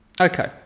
Okay